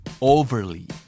Overly